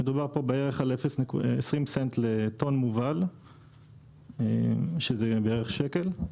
מדובר פה בערך על 20 סנט לטון מובן שזה בערך שקל.